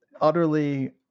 utterly